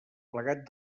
plegat